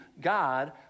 God